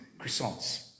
croissants